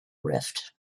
rift